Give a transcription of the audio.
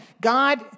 God